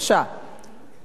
"ארבע במאה".